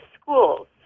schools